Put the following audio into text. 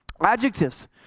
adjectives